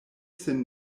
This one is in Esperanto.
sin